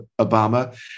Obama